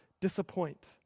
disappoint